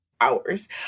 hours